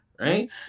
right